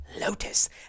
Lotus